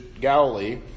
Galilee